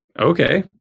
okay